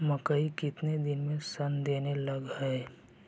मकइ केतना दिन में शन देने लग है?